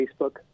Facebook